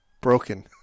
broken